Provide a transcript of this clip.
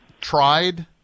tried